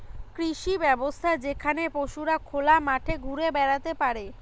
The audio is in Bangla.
কৃষি ব্যবস্থা যেখানে পশুরা খোলা মাঠে ঘুরে বেড়াতে পারে